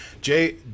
jay